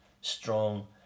strong